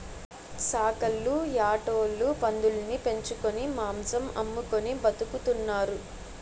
సాకల్లు యాటోలు పందులుని పెంచుకొని మాంసం అమ్ముకొని బతుకుతున్నారు